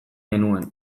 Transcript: genuen